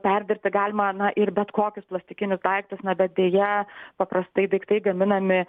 perdirbti galima na ir bet kokius plastikinius daiktus na bet deja paprastai daiktai gaminami